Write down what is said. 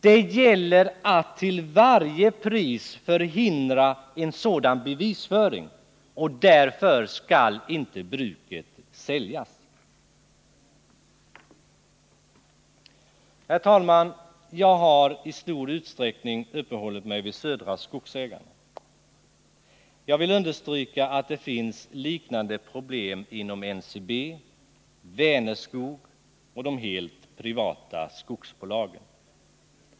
Det gäller att till varje pris förhindra en sådan bevisföring, och därför skall inte bruket säljas. Herr talman! Jag har i stor utsträckning uppehållit mig vid Södra Skogsägarna. Jag vill understryka att det finns liknande problem inom NCB, Vänerskog och de helt privata skogsbolagen.